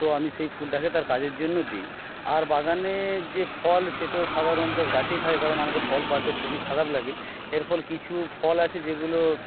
তো আমি সেই ফুলটাকে তার কাজের জন্য দিই আর বাগানে যে ফল সে তো সাধারণত গাছেই থাকে কারণ আমাকে ফল পাড়তে খুবই খারাপ লাগে এর ফলে কিছু ফল আছে যেগুলো